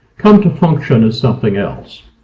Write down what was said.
come to function as something else.